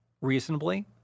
reasonably